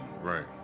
right